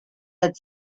had